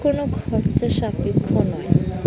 কোনো খরচা সাপেক্ষ নয়